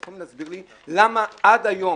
אתם יכולים להסביר לי למה עד היום